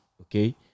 okay